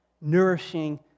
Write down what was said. nourishing